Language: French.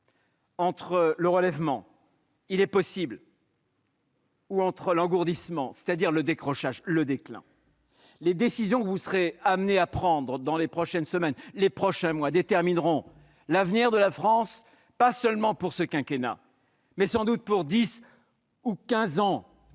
entre le relèvement, qui est possible, et l'engourdissement, c'est-à-dire dire le décrochage et le déclin. Les décisions que vous serez amené à prendre dans les prochaines semaines ou les prochains mois détermineront l'avenir de notre pays, pas seulement pour ce quinquennat, mais aussi, sans doute, pour les